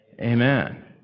Amen